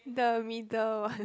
the middle one